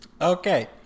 Okay